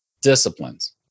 disciplines